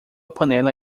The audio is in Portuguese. panela